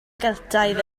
geltaidd